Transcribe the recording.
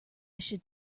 should